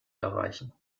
erreichen